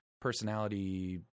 personality